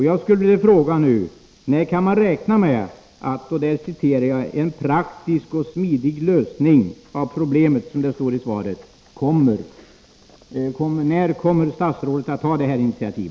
Jag skulle vilja fråga: När kan man räkna med att ”en praktisk och smidig lösning av problemen” kommer? När kommer statsrådet att ta detta initiativ?